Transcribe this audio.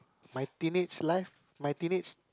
my teenage life my teenage